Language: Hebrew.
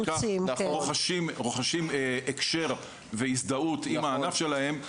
כך רוכשים הקשר והזדהות עם הענף שלהם.